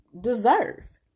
deserve